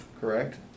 correct